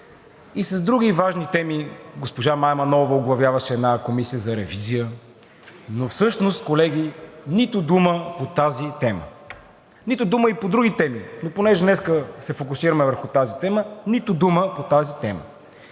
И с други важни теми. Госпожа Мая Манолова оглавяваше една комисия за ревизия. Колеги, всъщност обаче нито дума по тази тема! Нито дума и по други теми, но понеже днес се фокусираме върху тази тема, нито дума по тази тема.